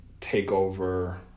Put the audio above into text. TakeOver